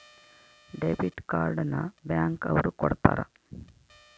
debit card ನ bank ಅವ್ರು ಕೊಡ್ತಾರ